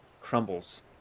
crumbles